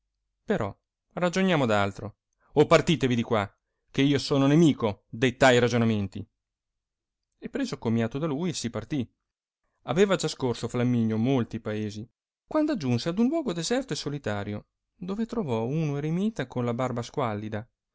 però ragioniamo d altro o partitevi di qua che io sono nemico de tai ragionamenti e preso commiato da lui si partì aveva già scorso flamminio molti paesi quando aggiunse ad uno luogo deserto e solitario dove trovò uno eremita con la barba squalida